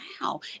Wow